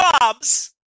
jobs